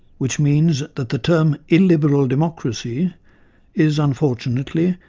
which means that the term illiberal democracy is, unfortunately,